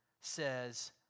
says